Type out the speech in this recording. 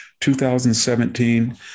2017